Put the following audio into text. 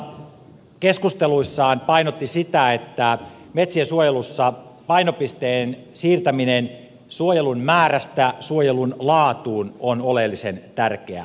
valiokunta keskusteluissaan painotti sitä että metsien suojelussa painopisteen siirtäminen suojelun määrästä suojelun laatuun on oleellisen tärkeä asia